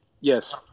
Yes